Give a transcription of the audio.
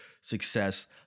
success